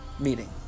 Meeting